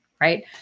right